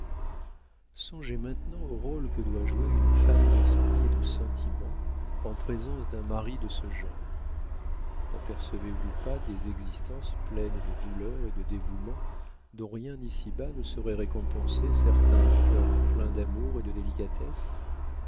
songez maintenant au rôle que doit jouer une femme d'esprit et de sentiment en présence d'un mari de ce genre n'apercevez-vous pas des existences pleines de douleurs et de dévouement dont rien ici-bas ne saurait récompenser certains cœurs pleins d'amour et de délicatesse